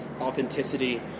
authenticity